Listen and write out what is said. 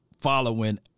following